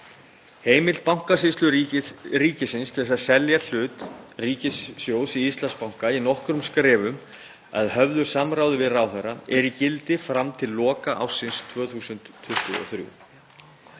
Heimild Bankasýslu ríkisins til að selja hlut ríkissjóðs í Íslandsbanka í nokkrum skrefum að höfðu samráði við ráðherra er í gildi fram til loka ársins 2023.